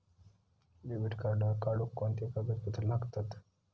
Debit card काढुक कोणते कागदपत्र लागतत?